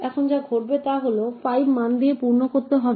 এখানে যা ঘটবে তা হল 5 মান দিয়ে পূর্ণ করতে হবে